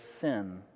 sin